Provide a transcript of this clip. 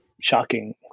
shocking